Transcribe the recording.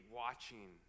watching